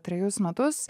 trejus metus